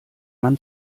man